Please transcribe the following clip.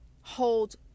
hold